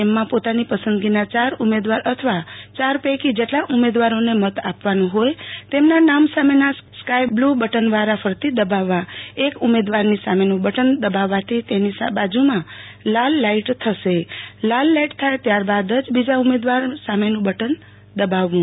એમમાં પોતાની પસંદના ચાર ઉમેદવાર અથવા ચાર પૈકી જેટલા ઉમેદવારોને મત આપવાનો હોય તેમના નામ સામેના સ્કાયબ્લુ બટન વારા ફરતી દબાવવા એક ઉમેદવારની સામેનું બટન દબાવવાથી તેની બાજુમાં લાલ લાઈટ થશે લાલ લાઈટ થાય ત્યારબાદ બીજા ઉમેદવાર સામેનું બટન દબાવવું